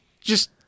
just-